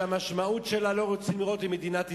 שהמשמעות שלה: לא רוצים לראות את מדינת ישראל.